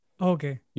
Okay